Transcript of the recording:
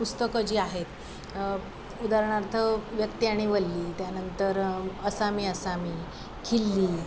पुस्तकं जी आहेत उदाहरणार्थ व्यक्ती आणि वल्ली त्यानंतर असामी असामी खिल्ली